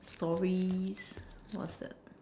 stories what's that